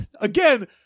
again